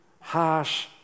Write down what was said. harsh